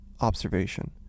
observation